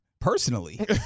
personally